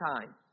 time